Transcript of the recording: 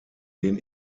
den